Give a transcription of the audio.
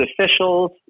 officials